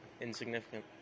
insignificant